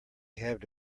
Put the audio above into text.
have